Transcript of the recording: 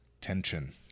tension